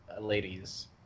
ladies